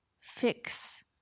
fix